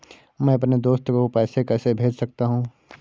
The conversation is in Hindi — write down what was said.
मैं अपने दोस्त को पैसे कैसे भेज सकता हूँ?